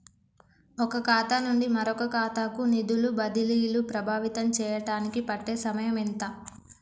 ఒక ఖాతా నుండి మరొక ఖాతా కు నిధులు బదిలీలు ప్రభావితం చేయటానికి పట్టే సమయం ఎంత?